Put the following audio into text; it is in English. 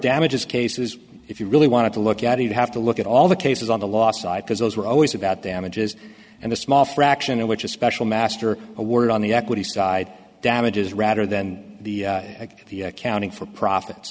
damages cases if you really want to look at it have to look at all the cases on the last side because those were always about damages and a small fraction of which is special master awarded on the equity side damages rather than the accounting for profit